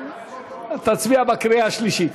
תצביע בקריאה שלישית.